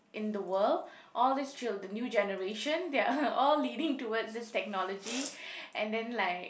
in the world all these chil~ new generation they are all leading towards this technology and then like